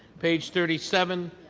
page thirty seven,